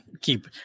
Keep